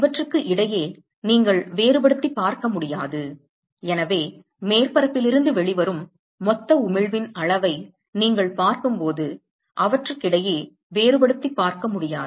இவற்றுக்கு இடையே நீங்கள் வேறுபடுத்திப் பார்க்க முடியாது எனவே மேற்பரப்பில் இருந்து வெளிவரும் மொத்த உமிழ்வின் அளவை நீங்கள் பார்க்கும்போது அவற்றுக்கிடையே வேறுபடுத்திப் பார்க்க முடியாது